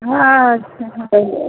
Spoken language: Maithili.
हँ अच्छा